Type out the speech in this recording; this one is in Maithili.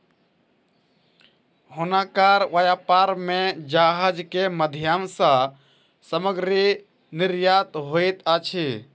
हुनकर व्यापार में जहाज के माध्यम सॅ सामग्री निर्यात होइत अछि